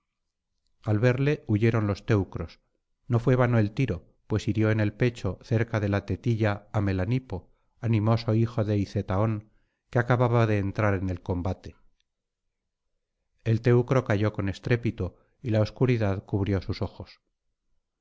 al verle huyeron los teucros no fué vano el tiro pues hirió en el pecho cerca de la tetilla á melanipo animoso hijo de hicetaón que acababa de entrar en combate el teucro cayó con estrépito y la obscuridad cubrió sus ojos